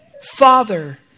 Father